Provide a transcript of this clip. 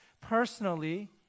personally